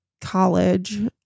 college